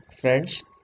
friends